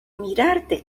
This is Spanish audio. mirarte